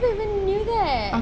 even knew that